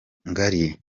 ngali